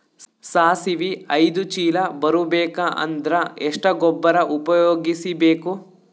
ಸಾಸಿವಿ ಐದು ಚೀಲ ಬರುಬೇಕ ಅಂದ್ರ ಎಷ್ಟ ಗೊಬ್ಬರ ಉಪಯೋಗಿಸಿ ಬೇಕು?